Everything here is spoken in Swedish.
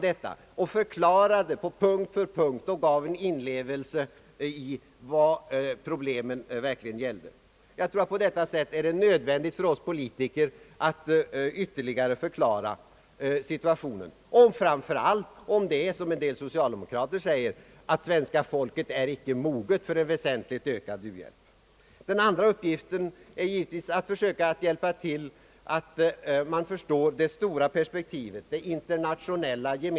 De förklarade punkt för punkt och gav en inlevelse i vad problemen verkligen gällde. Jag tror att det är nödvändigt för oss politiker att på detta sätt ytterligare förklara situationen. Om det är, som en del socialdemokrater säger, att svenska folket icke är moget för en väsentligt ökad u-hjälp, är detta ännu nödvändigare. Den andra uppgiften är givetvis att försöka hjälpa till att förstå det stora perspektivet, det internationella.